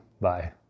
Bye